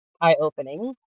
eye-opening